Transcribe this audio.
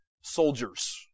soldiers